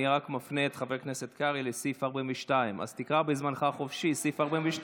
אני רק מפנה את חבר הכנסת קרעי לסעיף 42. אז תקרא בזמנך החופשי סעיף 42,